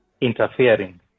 interfering